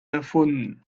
erfunden